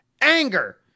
Anger